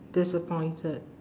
disappointed